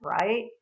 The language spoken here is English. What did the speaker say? right